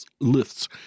Lifts